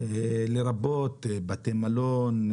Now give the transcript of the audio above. לרבות בתי מלון,